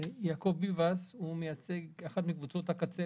יעקב ביבאס מייצג את אחת מקבוצות הקצה